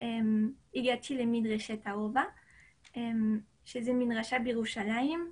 הגעתי למדרשת אהובה שזאת מדרשה בירושלים,